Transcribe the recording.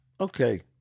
okay